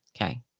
Okay